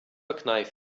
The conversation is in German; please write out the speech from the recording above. verkneifen